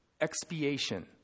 expiation